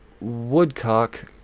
Woodcock